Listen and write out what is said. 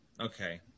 Okay